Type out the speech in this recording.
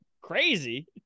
crazy